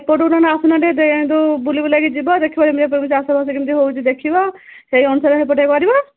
ଏପଟକୁ ନନେ ଆସୁନ ଟିକିଏ ଦେ ଯେଉଁ ବୁଲି ବୁଲାକି ଯିବ ଦେଖିବ କେମିତି ଏପଟେ ଚାଷବାସ କେମିତି ହେଉଛି ଦେଖିବ ସେଇ ଅନୁସାରେ ହେପଟେ କରିବ